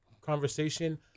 conversation